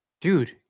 Dude